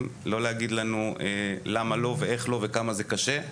לא להגיד לנו למה לא ואיך לא וכמה זה קשה,